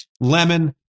Lemon